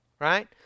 right